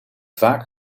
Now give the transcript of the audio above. vaak